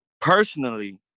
personally